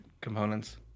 components